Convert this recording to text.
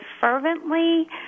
fervently